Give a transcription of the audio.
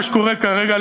מה שקורה כרגע,